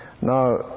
now